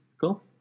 Cool